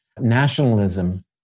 nationalism